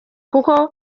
kuko